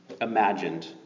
imagined